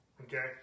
okay